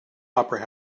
opera